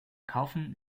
kaufen